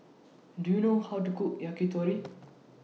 Do YOU know How to Cook Yakitori